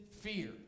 fear